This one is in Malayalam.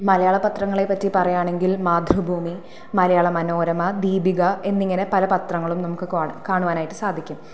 മലയാള പത്രങ്ങളെ പറ്റി പറയുകയാണെങ്കിൽ മാതൃഭൂമി മലയാള മനോരമ ദീപിക എന്നിങ്ങനെ പല പത്രങ്ങളും നമുക്ക് കോ കാണുവാനായിട്ട് സാധിക്കും